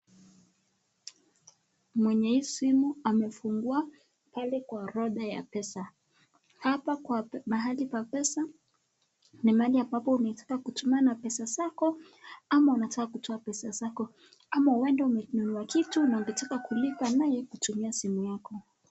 Mwenye simu amefungua pale kwa roda ya pesa. Hapa kwa mahali pa pesa ni mahali ambapo unataka kutuma na pesa zako ama unataka kutoa pesa zako ama uende umenunua kitu na ungetaka kulipa naye kutumia simu yako.